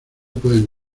pueden